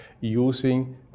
using